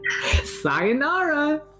Sayonara